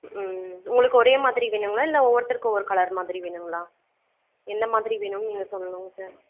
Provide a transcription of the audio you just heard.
உங்களுக்கு ஒரே மாதிரி வேணும்ங்களா இல்லை ஒவ்வொருத்தருக்கு ஒவ்வொரு கலரு மாதிரி வேணும்ங்களா எந்த மாதிரி வேணும்னு நீங்கள் சொல்லனுங்க சார்